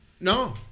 No